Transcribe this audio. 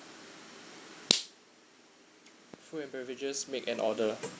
food and beverages make an order